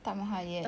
tak mahal yes